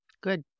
Good